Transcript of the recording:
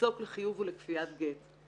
יפסוק לחיוב ולכפיית גט.